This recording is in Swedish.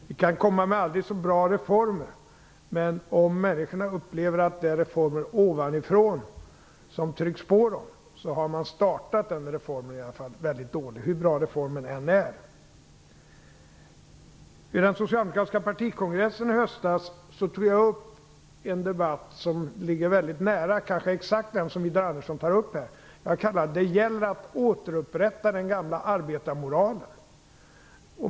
Vi kan komma med aldrig så bra reformer, men om människorna upplever att det är reformer ovanifrån som tvingas på dem så har reformerna ändå startats väldigt dåligt. Vid den socialdemokratiska partikongressen i höstas tog jag upp en debatt som ligger väldigt nära eller som kanske är exakt den som Widar Andersson tar upp här, nämligen att det gäller att återupprätta den gamla arbetarmoralen.